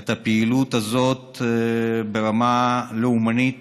את הפעילות הזאת ברמה לאומנית.